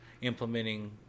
implementing